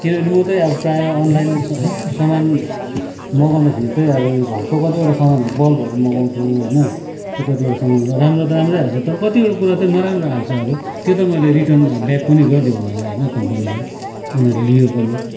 किनभने म चाहिँ अब प्रायः अनलाइन सामान मगाउँदाखेरि चाहिँ अब घरको कतिवटा सामानहरू बल्बहरू मगाउँथेँ होइन त्यो कतिवटा सामान त राम्रो त राम्रो आएछ तर कतिवटा कुरा चाहिँ नराम्रो आएको छ अब त्यो त मैले रिटन ब्याक पनि गरिदिएँ उनीहरूलाई होइन कम्पनीलाई उनीहरूले लियो पनि